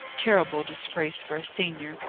terrible disgrace for a senior!